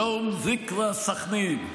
יום זכרא סח'נין.